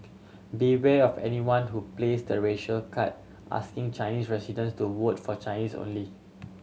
beware of anyone who plays the racial card asking Chinese residents to vote for Chinese only